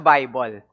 Bible